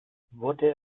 wurde